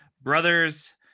brothers